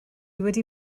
wedi